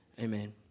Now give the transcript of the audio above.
amen